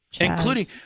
Including